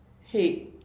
Hey